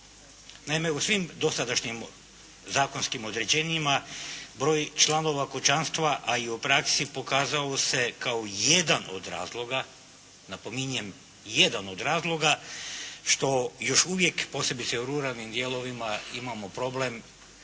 Naime, u svim dosadašnjim zakonskim određenjima broj članova kućanstva a i u praksi pokazao se kao jedan od razloga, napominjem jedan od razloga što još uvijek posebice u ruralnim dijelovima imamo problem